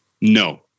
no